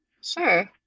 Sure